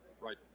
Right